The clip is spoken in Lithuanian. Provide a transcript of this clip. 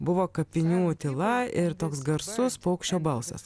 buvo kapinių tyla ir toks garsus paukščio balsas